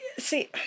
see